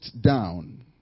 down